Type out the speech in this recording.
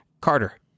Carter